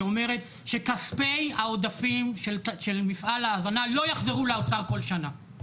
שאומרת שכספי העודפים של מפעל ההזנה לא יחזרו לאוצר כל שנה,